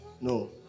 No